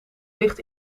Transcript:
ligt